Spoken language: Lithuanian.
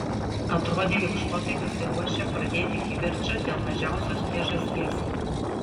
atrodė jog škotai pasiruošę pradėti kivirčą dėl mažiausios priežasties